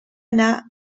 anar